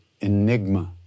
enigma